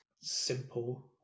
simple